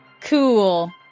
Cool